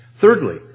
Thirdly